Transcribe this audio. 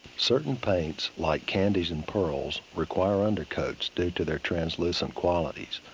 certain paints like candy's and pearl's require undercoats due to their translucent qualities.